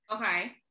Okay